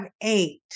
eight